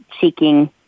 seeking